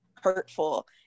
hurtful